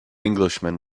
englishman